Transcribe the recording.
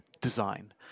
design